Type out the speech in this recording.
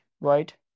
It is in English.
right